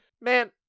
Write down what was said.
man